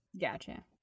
Gotcha